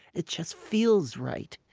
it just feels right.